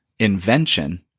Invention